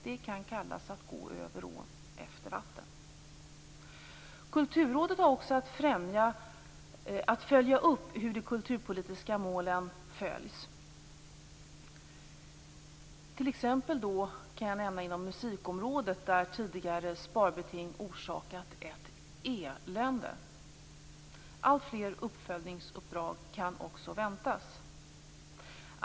Det kan kallas att gå över ån efter vatten. Kulturrådet har också att följa upp hur de kulturpolitiska målen följs. Jag kan t.ex. nämna musikområdet, där tidigare sparbeting orsakat ett elände. Alltfler uppföljningsuppdrag kan också väntas.